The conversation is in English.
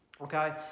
okay